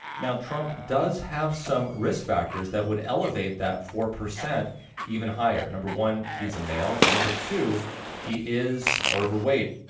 now trump does have some risk factors that would elevate that four percent even higher. number one, he's a male, and number two he is overweight.